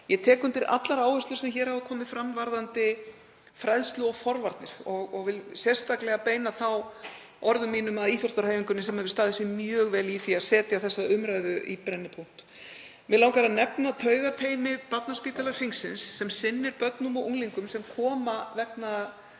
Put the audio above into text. Ég tek undir allar áherslur sem hér hafa komið fram varðandi fræðslu og forvarnir og vil sérstaklega beina orðum mínum að íþróttahreyfingunni sem hefur staðið sig mjög vel í því að setja þessa umræðu í brennipunkt. Mig langar að nefna taugateymi Barnaspítala Hringsins sem sinnir börnum og unglingum sem koma vegna